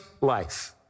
life